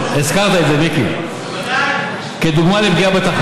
ברגע שאנחנו מקבלים כסף,